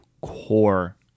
core